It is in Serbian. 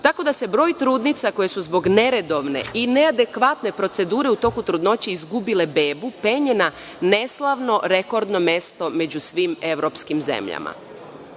Tako da se broj trudnica koje su zbog neredovne i neadekvatne procedure u toku trudnoće izgubile bebu penje na neslavno rekordno mesto među svim evropskim zemljama. Koliko